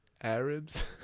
Arabs